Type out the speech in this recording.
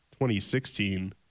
2016